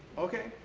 okay.